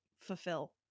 fulfill